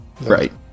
Right